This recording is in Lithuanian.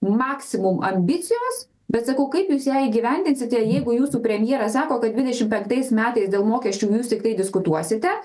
maksimum ambicijos bet sakau kaip jūs ją įgyvendinsite jeigu jūsų premjeras sako kad dvidešim penktais metais dėl mokesčių jūs tiktai diskutuosite